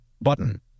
Button